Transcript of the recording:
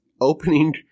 opening